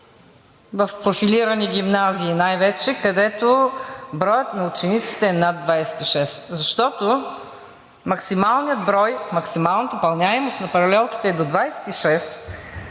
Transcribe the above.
в профилирани гимназии, където броят на учениците е над 26? Защото максималният брой, максималната допълняемост на паралелките е до 26,